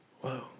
whoa